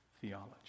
theology